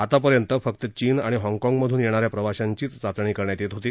आतापर्यंत फक्त चीन आणि हॉन्गकॉन्ग मधून येणाऱ्या प्रवाशांची चाचणी करण्यात येत होती